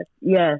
yes